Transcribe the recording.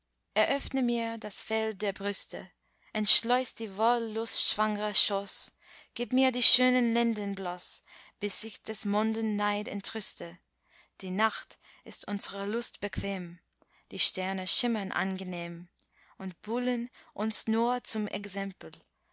eröffne mir das feld der brüste entschleuß die wollustschwangre schoß gib mir die schönen lenden bloß bis sich des monden neid entrüste die nacht ist unsrer lust bequem die sterne schimmern angenehm und buhlen uns nur zum exempel